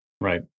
right